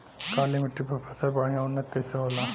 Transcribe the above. काली मिट्टी पर फसल बढ़िया उन्नत कैसे होला?